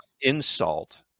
insult